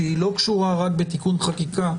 שהיא לא קשורה רק בתיקון חקיקה.